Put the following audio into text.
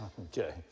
Okay